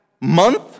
month